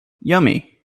yummy